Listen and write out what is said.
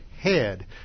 head